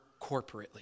corporately